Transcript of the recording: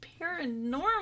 paranormal